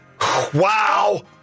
Wow